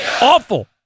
awful